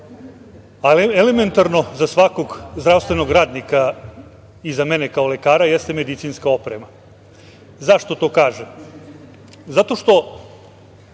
a elementarno za svog zdravstvenog radnika i za mene kao lekara, jeste medicinska oprema. Zašto to kažem? Zato što